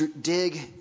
dig